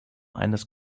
eines